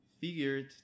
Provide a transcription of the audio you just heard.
figured